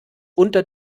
unter